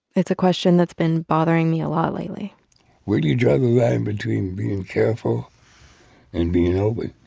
it's a question that's been bothering me a lot lately where do you draw the line between being careful and being open?